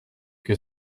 que